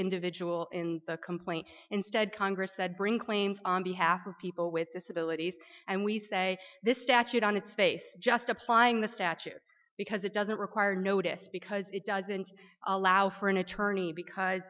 individual in the complaint instead congress said bring claims on behalf of people with disabilities and we say this statute on its face just applying the statute because it doesn't require notice because it doesn't allow for an attorney because